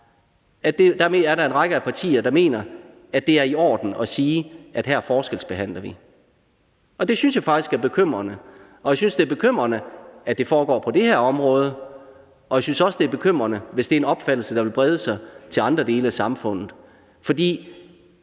en borger uden handicap, så er det i orden at sige, at her forskelsbehandler vi. Det synes jeg faktisk er bekymrende, og jeg synes, det er bekymrende, at det foregår på det her område. Jeg synes også, det er bekymrende, hvis det er en opfattelse, der vil brede sig til andre dele af samfundet. For i